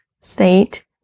state